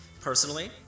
personally